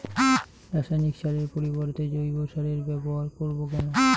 রাসায়নিক সারের পরিবর্তে জৈব সারের ব্যবহার করব কেন?